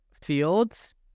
Fields